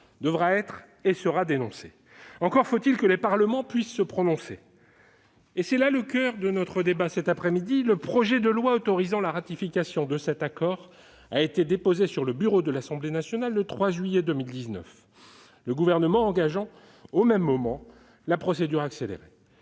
devra être et sera dénoncée ». Encore faut-il que les parlements puissent se prononcer. Et c'est là le coeur de notre débat. Le projet de loi autorisant la ratification de cet accord a été déposé sur le bureau de l'Assemblée nationale le 3 juillet 2019, le Gouvernement engageant au même moment la procédure accélérée.